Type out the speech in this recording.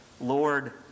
Lord